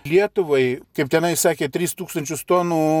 lietuvai kaip tenai sakė tris tūkstančius tonų